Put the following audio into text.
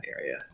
area